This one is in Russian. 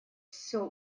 всё